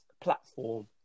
platform